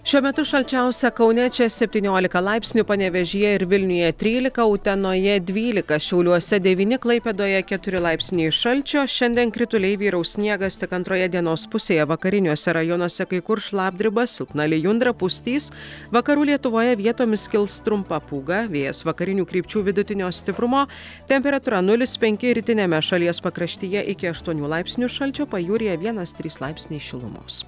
šiuo metu šalčiausia kaune čia septyniolika laipsnių panevėžyje ir vilniuje trylika utenoje dvylika šiauliuose devyni klaipėdoje keturi laipsniai šalčio šiandien krituliai vyraus sniegas tik antroje dienos pusėje vakariniuose rajonuose kai kur šlapdriba silpna lijundra pustys vakarų lietuvoje vietomis kils trumpa pūga vėjas vakarinių krypčių vidutinio stiprumo temperatūra nulis penki rytiniame šalies pakraštyje iki aštuonių laipsnių šalčio pajūryje vienas trys laipsniai šilumos